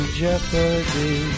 jeopardy